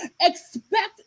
expect